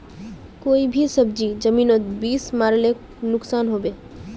कोई भी सब्जी जमिनोत बीस मरले नुकसान होबे?